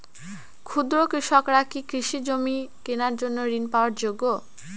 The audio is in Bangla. ক্ষুদ্র কৃষকরা কি কৃষি জমি কেনার জন্য ঋণ পাওয়ার যোগ্য?